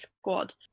squad